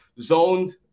zoned